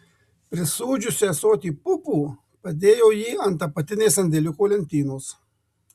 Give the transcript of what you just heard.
prisūdžiusi ąsotį pupų padėjo jį ant apatinės sandėliuko lentynos